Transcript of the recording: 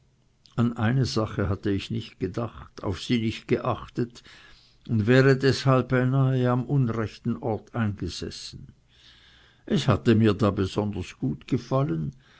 an eine sache hatte ich nicht gedacht auf sie nicht geachtet und wäre deshalb beinahe am unrechten orte eingesessen es hatte mir da besonders gut gefallen